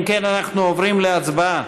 אם כן, אנחנו עוברים להצבעה.